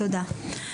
תודה.